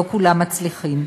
לא כולם מצליחים.